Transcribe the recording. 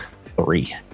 Three